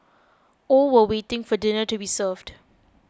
all were waiting for dinner to be served